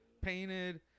Painted